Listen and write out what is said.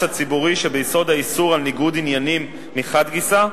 הציבורי שביסוד האיסור על ניגוד עניינים מחד גיסא,